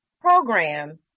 program